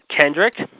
Kendrick